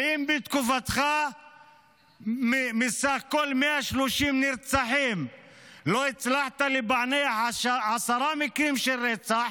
ואם בתקופתך מסך כל 130 הנרצחים לא הצלחת לפענח עשרה מקרים של רצח,